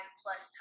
plus